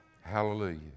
Hallelujah